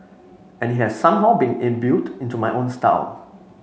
and it has somehow been imbued into my own style